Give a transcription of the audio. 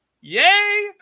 yay